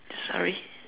sorry